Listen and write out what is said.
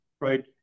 right